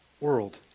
world